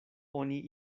oni